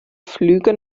flüge